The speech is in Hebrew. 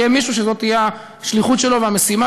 יהיה מישהו שזאת תהיה השליחות שלו והמשימה